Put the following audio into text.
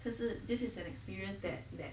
可是 this is an experience that that